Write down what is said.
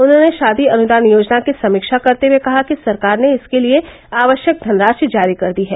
उन्होंने शादी अनुदान योजना की समीक्षा करते हुए कहा कि सरकार ने इसके लिए आवश्यक धनराशि जारी कर दी है